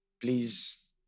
Please